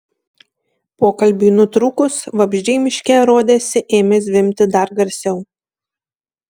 pokalbiui nutrūkus vabzdžiai miške rodėsi ėmė zvimbti dar garsiau